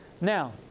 Now